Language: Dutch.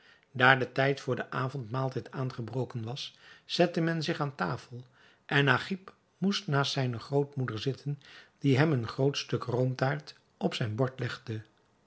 de tijd voor den avondmaaltijd aangebroken was zette men zich aan tafel en agib moest naast zijne grootmoeder zitten die hem een groot stuk roomtaart op zijn bord legde